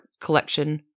collection